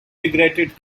regretted